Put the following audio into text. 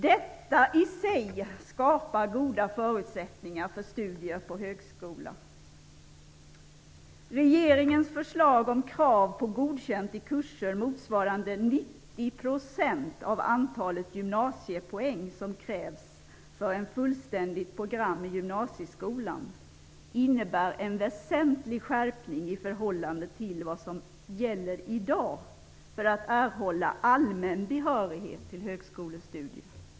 Detta i sig skapar goda förutsättningar för studier på högskola. Regeringens förslag om krav på godkänt i kurser motsvarande 90 % av det antal gymnasiepoäng som krävs för ett fullständigt program i gymnasieskolan innebär en väsentlig skärpning i förhållande till vad som i dag gäller för att erhålla allmän behörighet till högskolestudier.